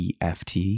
EFT